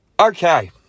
Okay